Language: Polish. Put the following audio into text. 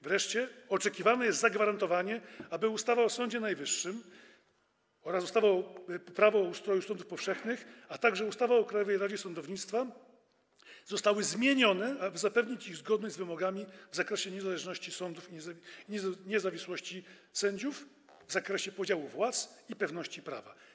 Wreszcie oczekiwane jest zagwarantowanie, aby ustawa o Sądzie Najwyższym, ustawa Prawo o ustroju sądów powszechnych, a także ustawa o Krajowej Radzie Sądownictwa zostały zmienione tak, aby zapewnić ich zgodność z wymogami w zakresie niezależności sądów, niezawisłości sędziów oraz w zakresie podziału władz i pewności prawa.